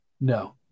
no